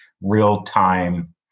real-time